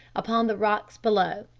upon the rocks below.